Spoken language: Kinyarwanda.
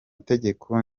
itegeko